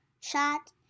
shot